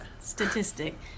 statistic